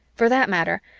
for that matter,